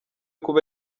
kuba